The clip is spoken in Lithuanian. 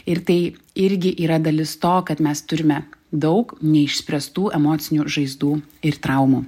ir tai irgi yra dalis to kad mes turime daug neišspręstų emocinių žaizdų ir traumų